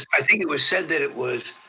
i think it was said that it was